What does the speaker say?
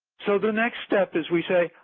so the next step is we say,